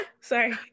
sorry